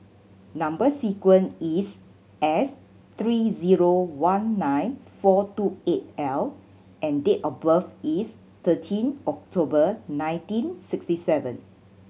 number sequence is S three zero one nine four two eight L and date of birth is thirteen October nineteen sixty seven